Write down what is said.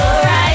alright